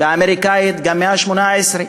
והאמריקנית, גם כן במאה ה-18,